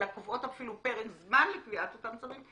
אלא קובעות אפילו פרק זמן לקביעת אותם צווים,